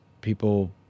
people